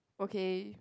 okay